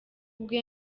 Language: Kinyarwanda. bwe